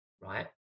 right